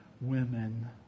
women